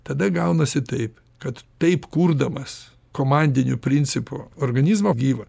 tada gaunasi taip kad taip kurdamas komandiniu principu organizmo gyvą